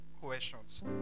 questions